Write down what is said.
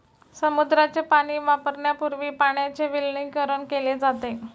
समुद्राचे पाणी वापरण्यापूर्वी पाण्याचे विलवणीकरण केले जाते